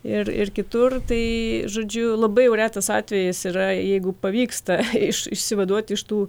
ir ir kitur tai žodžiu labai jau retas atvejis yra jeigu pavyksta išsivaduoti iš tų